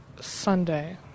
Sunday